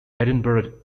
edinburgh